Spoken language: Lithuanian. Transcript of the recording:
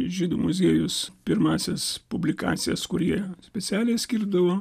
žydų muziejus pirmąsias publikacijas kurie specialiai skirdavo